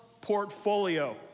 portfolio